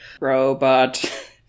Robot